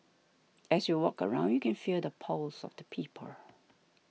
as you walk around you can feel the pulse of the people